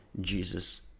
Jesus